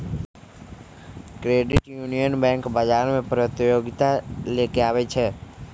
credit union bank बजार में प्रतिजोगिता लेके आबै छइ